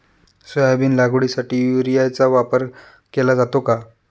Soybean लागवडीसाठी युरियाचा वापर केला जातो का?